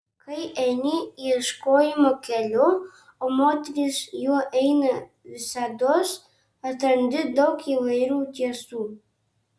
kai eini ieškojimo keliu o moteris juo eina visados atrandi daug įvairių tiesų